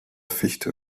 fichte